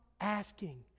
asking